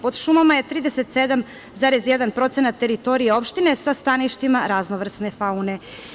Pod šumama je 37,1% teritorije opštine, sa staništima raznovrsne faune.